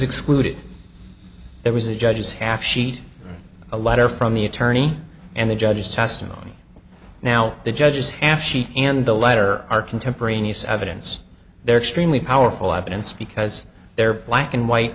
excluded there was a judge's half sheet a letter from the attorney and the judge's testimony now the judge's half sheet and the letter are contemporaneous evidence they're extremely powerful evidence because they're black and white